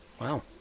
wow